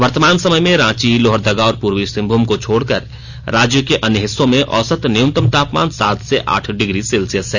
वर्तमान समय में रांची लोहरदगा और पूर्वी सिंहभूम को छोड़कर राज्य के अन्य हिस्सों में औसत न्यूनतम तापमान सात से आठ डिग्री सेल्सियस है